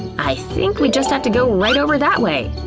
i think we just have to go right over that way!